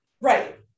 Right